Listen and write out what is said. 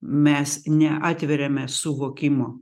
mes neatveriame suvokimo